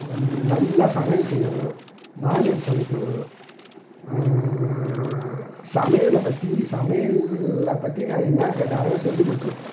நல்லா சமையல் செய்யும் நான்வெஜ் சமைக்கும் சமையலை பற்றி சமையலை பற்றி நான் என்ன கேட்டாலும் செஞ்சு கொடுத்துரும்